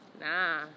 nah